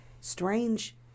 strange